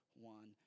one